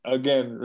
again